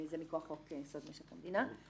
זה מכוח חוק יסוד: משק המדינה.